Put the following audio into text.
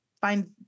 find